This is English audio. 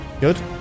Good